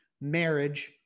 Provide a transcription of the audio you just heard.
marriage